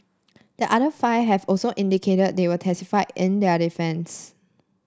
the other five have also indicated they will testify in their defence